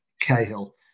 Cahill